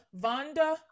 Vonda